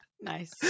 Nice